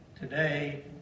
today